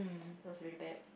it was really bad